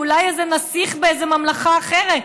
או אולי איזה נסיך באיזו ממלכה אחרת.